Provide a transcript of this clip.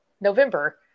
November